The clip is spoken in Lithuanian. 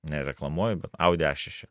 nereklamuoju bet audi a šeši